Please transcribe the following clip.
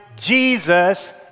Jesus